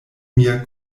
mia